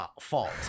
fault